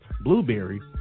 Blueberry